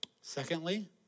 Secondly